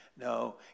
No